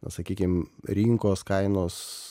na sakykim rinkos kainos